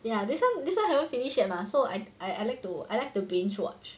ya this one this one haven't finish yet mah so I I I like to I like to binge watch